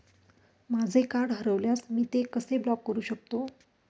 माझे कार्ड हरवल्यास मी ते कसे ब्लॉक करु शकतो?